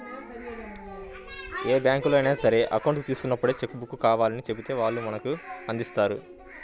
ఏ బ్యాంకులో అయినా సరే అకౌంట్ తీసుకున్నప్పుడే చెక్కు బుక్కు కావాలని చెబితే మనకు వాళ్ళు అందిస్తారు